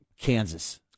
Kansas